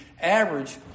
average